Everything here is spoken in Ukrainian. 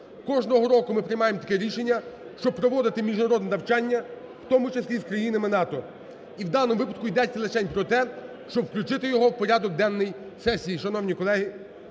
Кожного року ми приймаємо таке рішення, щоб проводити міжнародні навчання, в тому числі і з країнами НАТО. І в даному випадку йдеться лишень про те, щоб включити його в порядок денний сесії,